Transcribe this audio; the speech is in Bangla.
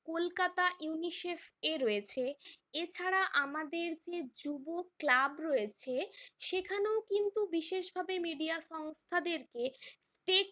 কলকাতা ইউনিসেফে রয়েছে এছাড়া আমাদের যে যুব ক্লাব রয়েছে সেখানেও কিন্তু বিশেষভাবে মিডিয়া সংস্থাদেরকে স্টেক